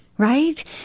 right